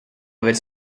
aver